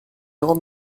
rentre